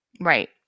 Right